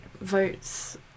votes